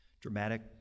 dramatic